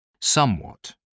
somewhat